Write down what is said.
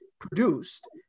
produced